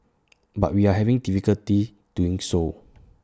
but we are having difficulty doing so